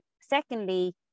secondly